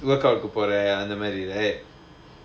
workout போற அந்த மாதிரி:pora andha maadhiri